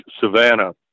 Savannah